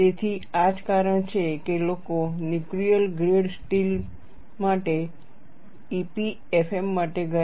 તેથી આ જ કારણ છે કે લોકો ન્યુક્લિયર ગ્રેડ સ્ટીલ માટે EPFM માટે ગયા